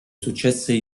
successe